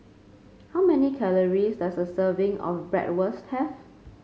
how many calories does a serving of Bratwurst have